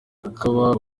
kakaba